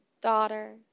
daughter